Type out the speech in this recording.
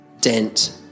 dent